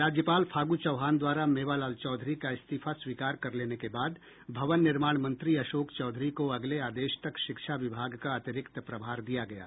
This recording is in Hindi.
राज्यपाल फागू चौहान द्वारा मेवालाल चौधरी का इस्तीफा स्वीकार कर लेने के बाद भवन निर्माण मंत्री अशोक चौधरी को अगले आदेश तक शिक्षा विभाग का अतिरिक्त प्रभार दिया गया है